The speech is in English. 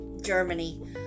Germany